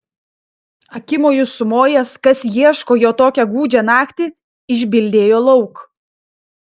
akimoju sumojęs kas ieško jo tokią gūdžią naktį išbildėjo lauk